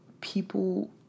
people